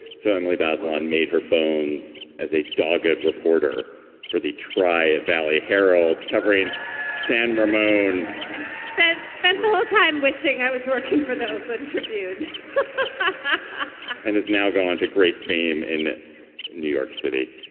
so emily bazelon made her bones as a dogged reporter for the tri valley herald covering san ramone spent the whole time wishing i was working for the but tribune but and has now gone to great fame in new york city.